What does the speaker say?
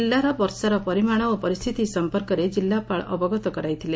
ଜିଲ୍ଲାର ବର୍ଷାର ପରିମାଣ ଓ ପରିସ୍ଥିତି ସମ୍ପର୍କରେ ଜିଲ୍ଲାପାଳ ଅବଗତ କରାଇଥିଲେ